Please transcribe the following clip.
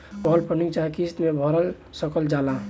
काल funding चाहे किस्त मे भर सकल जाला